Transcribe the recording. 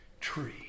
tree